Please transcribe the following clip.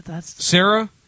Sarah